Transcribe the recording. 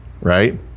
right